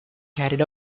carried